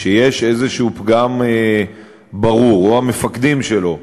שיש איזשהו פגם ברור, או המפקדים שלו,